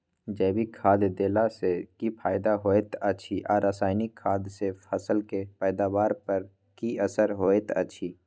जैविक खाद देला सॅ की फायदा होयत अछि आ रसायनिक खाद सॅ फसल के पैदावार पर की असर होयत अछि?